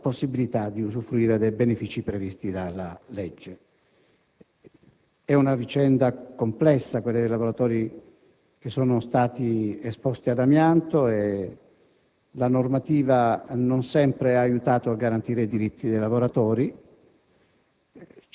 la possibilità di usufruire dei benefici previsti dalla legge. È una vicenda complessa quella dei lavoratori che sono stati esposti all'amianto e la normativa non sempre ha aiutato a garantirne i diritti. Ci sono stati